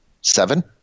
seven